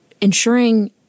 ensuring